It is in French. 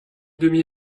demi